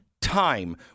time